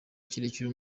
kirekire